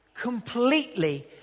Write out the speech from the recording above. completely